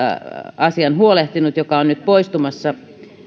asian huolehtinut mikä on nyt poistumassa